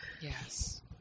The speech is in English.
Yes